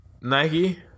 Nike